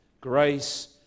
Grace